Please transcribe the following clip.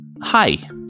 Hi